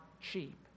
cheap